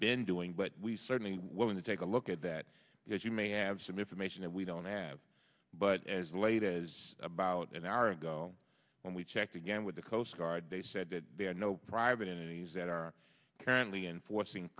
been doing but we certainly willing to take a look at that because you may have some information that we don't have but as late as about an hour ago when we checked again with the coast guard they said that there are no private entities that are currently enforcing